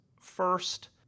First